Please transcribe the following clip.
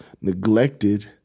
neglected